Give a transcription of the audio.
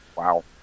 Wow